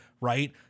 Right